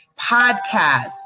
podcast